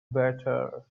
better